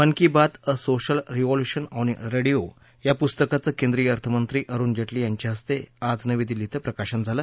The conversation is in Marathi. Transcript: मन ki Baat a social revolution on radio या पुस्तकाचं केंद्रीय अर्थमंत्री अरुण जेटली यांच्या हस्ते आज नवी दिल्ली इथं प्रकाशन झालं